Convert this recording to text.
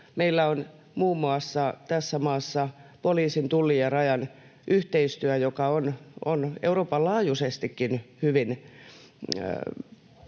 Meillä on muun muassa tässä maassa poliisin, Tullin ja rajan yhteistyö, ja on Euroopan laajuisestikin hyvin